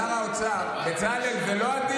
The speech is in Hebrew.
כי ריכזנו את, שר האוצר, בצלאל, זה לא הדיון.